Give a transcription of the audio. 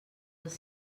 els